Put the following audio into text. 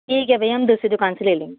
ठीक है भैया हम दूसरी दुकान से ले लेंगे